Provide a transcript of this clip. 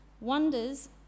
wonders